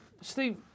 Steve